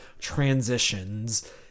transitions